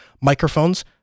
microphones